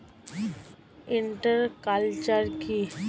Inter culture কি?